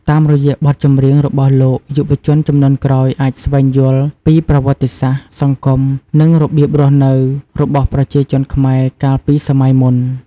តាមរយៈបទចម្រៀងរបស់លោក យុវជនជំនាន់ក្រោយអាចស្វែងយល់ពី ប្រវត្តិសាស្ត្រ សង្គម និងរបៀបរស់នៅ របស់ប្រជាជនខ្មែរកាលពីសម័យមុន ។